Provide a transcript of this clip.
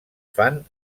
fan